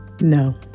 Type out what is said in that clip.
No